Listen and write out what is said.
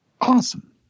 Awesome